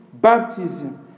baptism